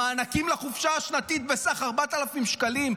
המענקים לחופשה השנתית בסך 4,000 שקלים,